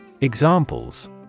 Examples